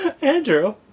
Andrew